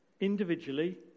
individually